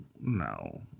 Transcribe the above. no